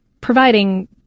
providing